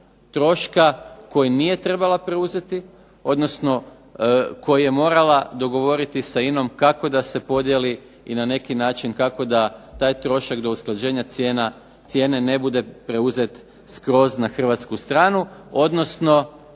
troška koji nije trebala preuzeti, odnosno koji je morala dogovoriti sa INA-om kako da se podijeli i na neki način kako da taj trošak do usklađenja cijene ne bude preuzet skroz na hrvatsku stranu, odnosno